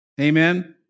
Amen